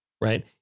right